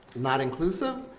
not inclusive,